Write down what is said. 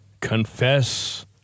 Confess